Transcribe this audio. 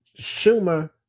Schumer